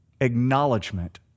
acknowledgement